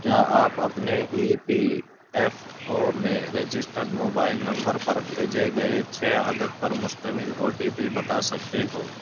کیا آپ اپنے ای پی ایف او میں رجسٹرڈ موبائل نمبر پر بھیجے گئے چھ عدد پر مشتمل او ٹی پی بتا سکتے ہو